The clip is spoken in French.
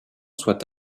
soit